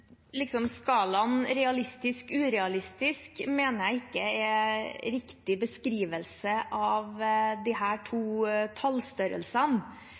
Skalaen realistisk–urealistisk mener jeg ikke er en riktig beskrivelse av disse to tallstørrelsene.